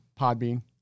Podbean